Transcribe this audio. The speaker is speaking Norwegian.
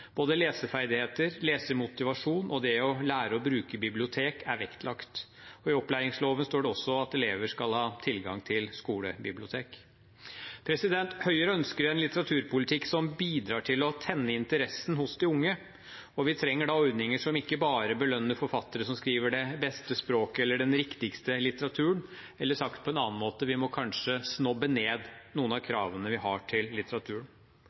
både leseferdigheter, lesemotivasjon og det å lære å bruke bibliotek er vektlagt. I opplæringsloven står det også at elever skal ha tilgang til skolebibliotek. Høyre ønsker en litteraturpolitikk som bidrar til å tenne interessen hos de unge, og da trenger vi ordninger som ikke bare belønner forfattere som har det beste språket eller skriver den riktigste litteraturen – eller sagt på en annen måte: Vi må kanskje snobbe ned noen av kravene vi har til litteraturen.